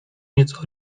nieco